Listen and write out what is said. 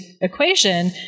equation